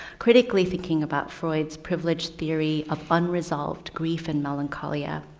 critically thinking about freud's privileged theory of unresolved grief and melancholia.